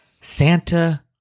Santa